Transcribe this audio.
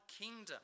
kingdom